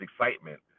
excitement